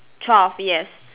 twelve yes